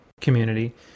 community